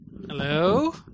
Hello